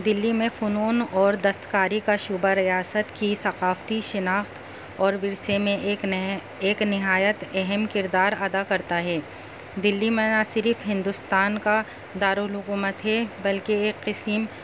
دلی میں فنون اور دستکاری کا شعبۂ ریاست کی ثقافتی شناخت اور ورثے میں ایک ایک نہایت اہم کردار ادا کرتا ہے دلی میں نہ صرف ہندوستان کا دارلکومت ہے بلکہ ایک قسم